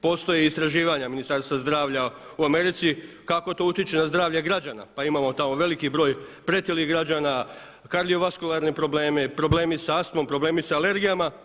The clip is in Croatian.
Postoje i istraživanja Ministarstva zdravlja u Americi kako to utiče na zdravlje građana, pa imamo tamo veliki broj pretilih građana, kardiovaskularne probleme, problemi sa astmom, problemi sa alergijama.